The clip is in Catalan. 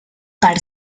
per